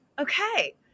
Okay